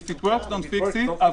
נכון.